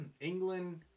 England